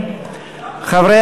קבוצת סיעת